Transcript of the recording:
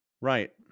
Right